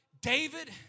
David